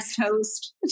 host